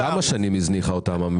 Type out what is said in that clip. אבל --- כמה שנים הממשלה הזניחה אותם?